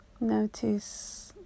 Notice